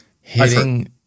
Hitting